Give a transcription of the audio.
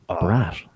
Brat